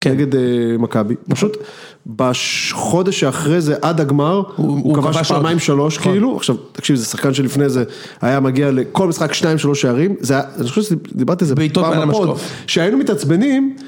נגד מכבי, פשוט בחודש אחרי זה עד הגמר הוא כבש פעמיים שלוש כאילו, עכשיו תקשיב זה שחקן שלפני זה היה מגיע לכל משחק שניים שלוש שערים, זה היה, אני חושב שדיברתי על זה בפעם האחרונה, שהיינו מתעצבנים.